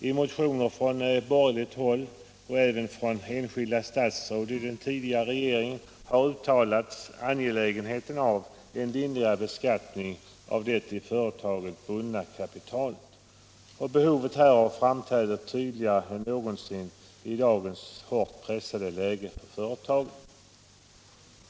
I motioner från borgerligt håll och även från enskilda statsråd i den tidigare regeringen har uttalats angelägenheten av en lindrigare beskattning av det i företagen bundna kapitalet. Och behovet härav framträder tydligare än någonsin i dagens hårt pressade läge för företagen.